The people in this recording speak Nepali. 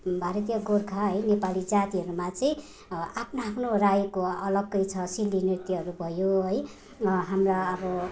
भारतीय गोर्खा है नेपाली जातिहरूमा चाहिँ आफ्नो आफ्नो राईको अलग्गै छ सिली नृत्यहरू भयो है हाम्रा अब